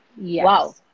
wow